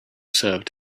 served